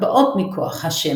הבאות מכוח ה'.